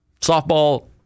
softball